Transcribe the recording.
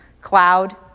cloud